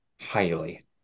highly